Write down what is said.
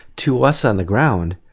to us on the ground,